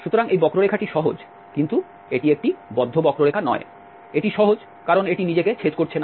সুতরাং এই বক্ররেখাটি সহজ কিন্তু এটি একটি বদ্ধ বক্ররেখা নয় এটি সহজ কারণ এটি নিজেকে ছেদ করছে না